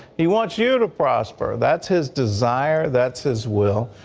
he wants you to prosper. that's his desire. that's his will.